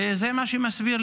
וזה מה שמסביר,